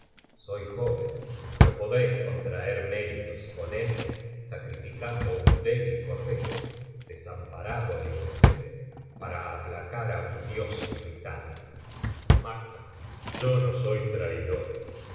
soy joven pero podéis contraer méritos con él sacrificando un débil cordero desamparado é inocente para aplacar á un dios irritado macbeth macd malo